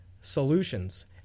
solutions